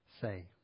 say